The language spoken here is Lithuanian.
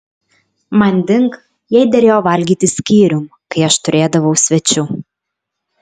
manding jai derėjo valgyti skyrium kai aš turėdavau svečių